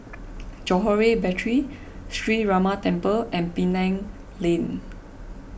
Johore Battery Sree Ramar Temple and Penang Lane